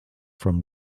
from